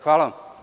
Hvala.